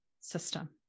system